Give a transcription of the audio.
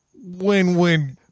win-win